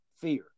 fear